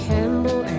Campbell